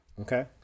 Okay